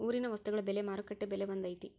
ಊರಿನ ವಸ್ತುಗಳ ಬೆಲೆ ಮಾರುಕಟ್ಟೆ ಬೆಲೆ ಒಂದ್ ಐತಿ?